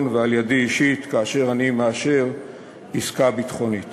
ועל-ידי אישית כאשר אני מאשר עסקה ביטחונית.